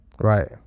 Right